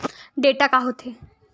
Data का होथे?